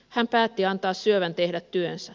hän päätti antaa syövän tehdä työnsä